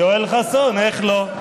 יואל חסון, איך לא?